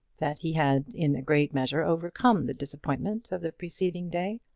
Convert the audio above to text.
that he had in a great measure overcome the disappointment of the preceding day.